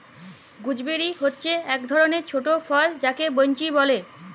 gooseberry হচ্যে এক ধরলের ছট ফল যাকে বৈনচি ব্যলে